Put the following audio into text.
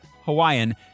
Hawaiian